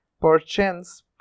perchance